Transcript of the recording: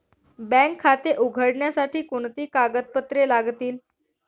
Bank खाते उघडण्यासाठी कोणती कागदपत्रे लागतील?